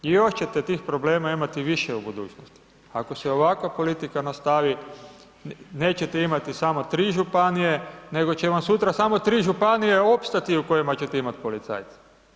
I još ćete tih problema imati više u budućnosti ako se ovakva politika nastavi, nećete imati samo 3 županije, nego će vam sutra samo 3 županije opstati u kojima ćete imati policajaca.